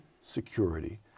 security